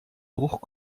bruch